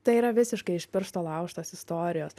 tai yra visiškai iš piršto laužtos istorijos